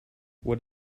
what